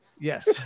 Yes